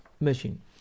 machine